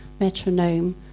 metronome